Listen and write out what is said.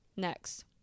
Next